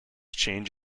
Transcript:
change